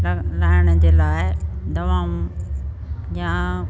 र रहण जे लाइ दवाऊं या